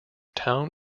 town